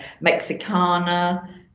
Mexicana